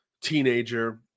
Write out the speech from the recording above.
teenager